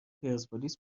پرسپولیس